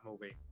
movie